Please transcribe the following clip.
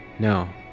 no.